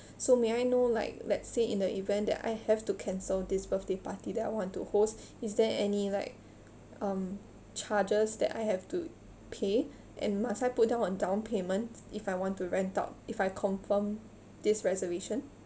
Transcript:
so may I know like let's say in the event that I have to cancel this birthday party that I want to host is there any like um charges that I have to pay and must I put down a down payment if I want to rent out if I confirm this reservation